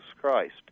Christ